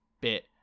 bit